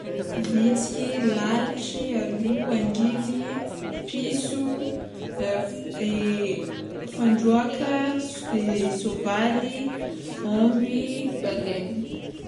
Vitsiky, lalitry, halo, angidiny, piso, fandroàka, soavaly, ômby, baleine.